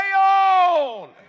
on